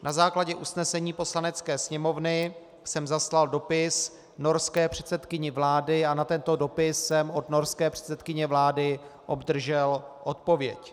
Na základě usnesení Poslanecké sněmovny jsem zaslal dopis norské předsedkyni vlády a na tento dopis jsem od norské předsedkyně vlády obdržel odpověď.